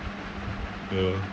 ya lor